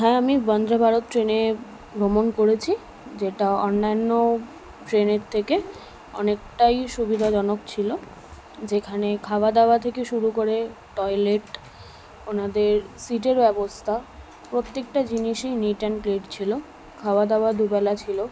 হ্যাঁ আমি বন্দে ভারত ট্রেনে ভ্রমণ করেছি যেটা অন্যান্য ট্রেনের থেকে অনেকটাই সুবিধাজনক ছিলো যেখানে খাওয়া দাওয়া থেকে শুরু করে টয়লেট ওনাদের সিটের ব্যবস্থা প্রত্যেকটা জিনিসই নিট অ্যান্ড ক্লিন ছিলো খাওয়া দাওয়া দু বেলা ছিলো